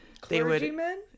Clergymen